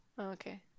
okay